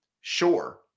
Sure